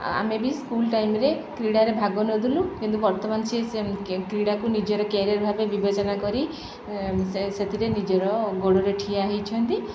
ଆମେ ବି ସ୍କୁଲ୍ ଟାଇମ୍ରେ କ୍ରୀଡ଼ାରେ ଭାଗ ନେଉଥୁଲୁ କିନ୍ତୁ ବର୍ତ୍ତମାନ ସେ କ୍ରୀଡ଼ାକୁ ନିଜର କ୍ୟାରିଅର୍ ଭାବେ ବିବେଚନା କରି ସେ ସେଥିରେ ନିଜର ଗୋଡ଼ରେ ଠିଆ ହୋଇଛନ୍ତି